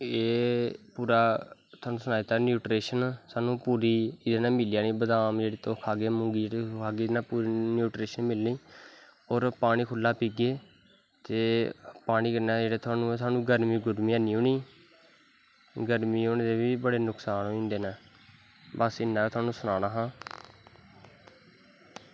एह् पूरा तोआनू सनाई दित्ता न्यूट्रेशन साह्नू पूरे एह्दै नै मिली जानी बदाम जेह्ड़े तुस खागे मुगी तुस खागे न्यूट्रेशन मिलनी और पानी खुल्ला पीगे ते पानी कन्नै साह्नू गर्मी गुर्मी नी होनी गर्मी होनें दे बी बड़े नुकसान होई जंदे नै बस इन्ना गै थोआनू सनाना हा